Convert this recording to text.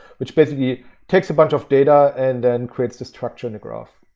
which basically takes a bunch of data and then creates the structure in the graph.